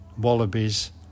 wallabies